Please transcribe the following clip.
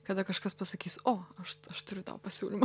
kada kažkas pasakys o aš aš turiu tau pasiūlymą